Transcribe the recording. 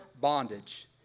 bondage